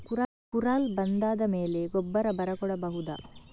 ಕುರಲ್ ಬಂದಾದ ಮೇಲೆ ಗೊಬ್ಬರ ಬರ ಕೊಡಬಹುದ?